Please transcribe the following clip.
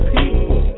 People